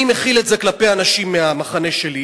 אני מחיל את זה כלפי אנשים מהמחנה שלי,